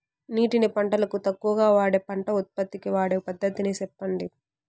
నీటిని పంటలకు తక్కువగా వాడే పంట ఉత్పత్తికి వాడే పద్ధతిని సెప్పండి?